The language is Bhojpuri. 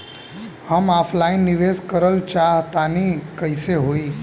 हम ऑफलाइन निवेस करलऽ चाह तनि कइसे होई?